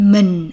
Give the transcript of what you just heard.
Mình